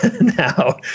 now